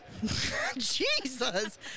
Jesus